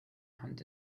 hand